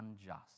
unjust